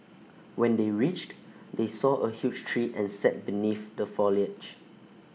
when they reached they saw A huge tree and sat beneath the foliage